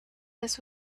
this